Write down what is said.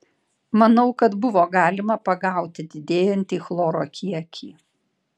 manau kad buvo galima pagauti didėjantį chloro kiekį